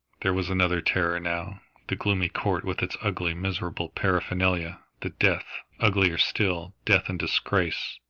there was another terror now the gloomy court with its ugly, miserable paraphernalia the death, uglier still, death in disgrace,